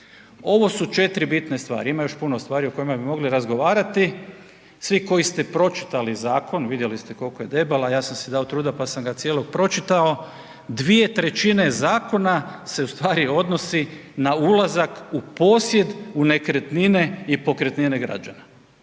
Ovo su 4 bitne stvari, ima još puno stvari o kojima bi mogli razgovarati, svi koji ste pročitali zakon vidjeli ste koliko je debel, a ja sam si dao truda pa sam ga cijelog pročitao, 2/3 zakona se u stvari odnosi na ulazak u posjet u nekretnine i pokretnine građana.